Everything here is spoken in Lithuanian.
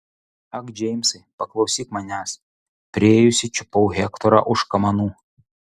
ak džeimsai paklausyk manęs priėjusi čiupau hektorą už kamanų